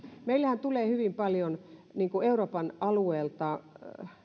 meillehän tulee hyvin paljon euroopan alueelta